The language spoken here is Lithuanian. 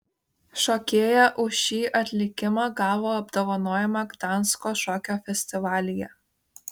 šokėja už šį atlikimą gavo apdovanojimą gdansko šokio festivalyje